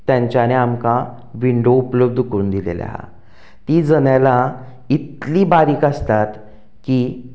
तांच्यानी आमकां विंडो उपलब्द करून दिल्लो आसा तीं जनेलां इतली बारीक आसतात की